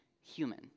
human